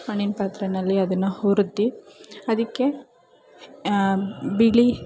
ಮಣ್ಣಿನ ಪಾತ್ರೆಯಲ್ಲಿ ಅದನ್ನು ಹುರ್ದು ಅದಕ್ಕೆ ಬಿಳಿ